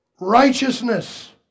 righteousness